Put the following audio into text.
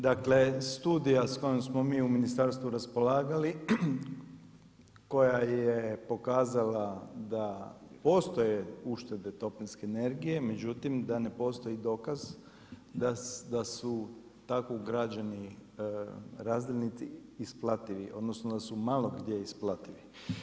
Dakle studija s kojom smo mi u ministarstvu raspolagali koja je pokazala da postoje uštede toplinske energije, međutim da ne postoji dokaz da su tako ugrađeni razdjelnici isplativi odnosno da su malo gdje isplativi.